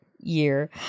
year